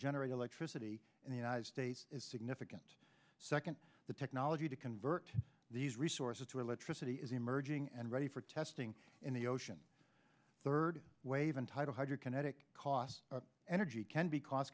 generate electricity in the united states is significant second the technology to convert these resources to electricity is emerging and ready for testing in the ocean third wave and tidal hydro kinetic cost energy can be cost